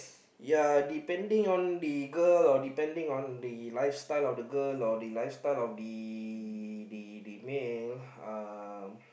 ya depending on the girl or depending on the lifestyle of the girl or the lifestyle of the the the male uh